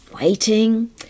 waiting